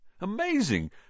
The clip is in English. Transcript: Amazing